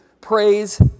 Praise